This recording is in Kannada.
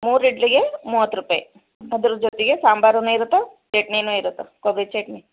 ಮೂರು ಇಡ್ಲಿಗೆ ಮೂವತ್ತು ರೂಪಾಯಿ ಅದ್ರ ಜೊತೆಗೆ ಸಾಂಬಾರು ಇರುತ್ತೆ ಚಟ್ನಿನು ಇರುತ್ತೆ ಕೊಬ್ಬರಿ ಚಟ್ನಿ